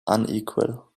unequal